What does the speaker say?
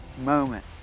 Moment